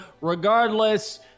Regardless